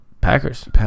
Packers